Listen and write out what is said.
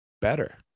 better